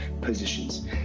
positions